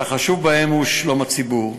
שהחשוב בהם הוא שלום הציבור.